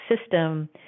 system